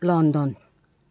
London